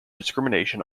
discrimination